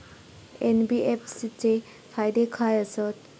NBFC चे फायदे खाय आसत?